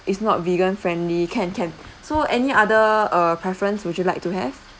it's not vegan friendly can can so any other uh preference would you like to have